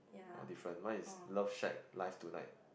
oh different mine is love shack live tonight